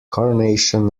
carnation